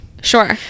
Sure